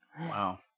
Wow